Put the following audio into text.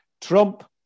Trump